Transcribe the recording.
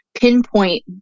pinpoint